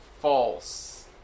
false